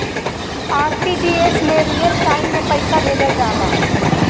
RTGS में real time में पइसा भेजल जाला